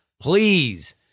please